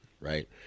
Right